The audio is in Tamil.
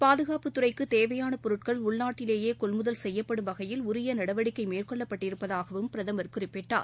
பாதுகாப்பு துறைக்கு தேவையான பொருட்கள் உள்நாட்டிலேயே கொள்முதல் செய்யப்படும் வகையில் உரிய நடவடிக்கை மேற்கொள்ளப்பட்டிருப்பதாகவும் பிரதமர் குறிப்பிட்டார்